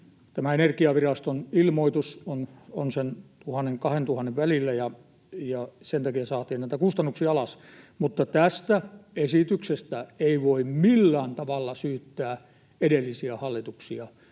tämä Energiaviraston ilmoitus on sen 1 000:n ja 2 000:n välillä, ja sen takia saatiin näitä kustannuksia alas. Tästä esityksestä ei voi millään tavalla syyttää edellisiä hallituksia.